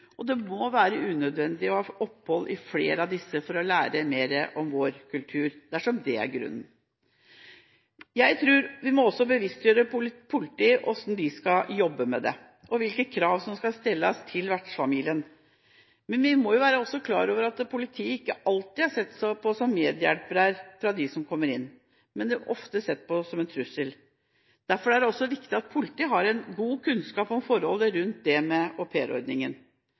og det må være unødvendig å ha opphold i flere av disse for å lære mer om vår kultur, dersom det er grunnen. Jeg tror vi også må bevisstgjøre politiet med hensyn til hvordan de skal jobbe med dette, og hvilke krav som skal stilles til vertsfamilien. Men vi må også være klar over at politiet ikke alltid blir sett på som medhjelpere av dem som kommer hit, men ofte blir sett på som en trussel. Derfor er det viktig at politiet har god kunnskap om forhold rundt dette med